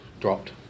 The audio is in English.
dropped